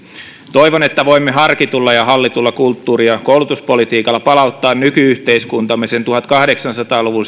toivon että voimme harkitulla ja hallitulla kulttuuri ja koulutuspolitiikalla palauttaa nyky yhteiskuntaamme sen tuhatkahdeksansataa luvun